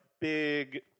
big